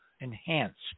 enhanced